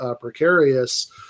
precarious